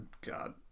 God